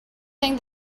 thing